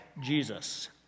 Jesus